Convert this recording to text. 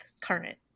current